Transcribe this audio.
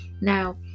Now